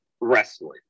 wrestling